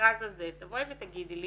במכרז הזה תבואי ותגידי לי